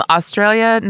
Australia